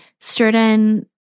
certain